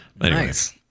Nice